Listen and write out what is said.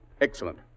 Excellent